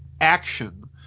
action